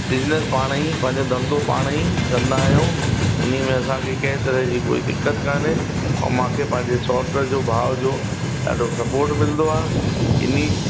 business पाण ई पंहिंजे पंहिंजो धंधो पाण ई कंदा आहियूं उन्ही में असांखे कंहिं तरह जी कोई दिक़त कान्हे और मूंखे पंहिंजे सोट जो भाउ जो ॾाढो सपोर्ट मिलंदो आहे इन्ही